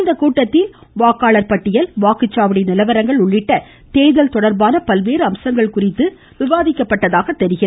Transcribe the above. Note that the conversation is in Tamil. இக்கூட்டத்தில் வாக்களர் பட்டியல் வாக்குச்சாவடி நிலவரங்கள் உள்ளிட்ட தேர்தல் தொடர்பான அனைத்து அம்சங்கள் குறித்தும் விவாதிக்கப்பட்டதாக தெரிகிறது